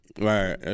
right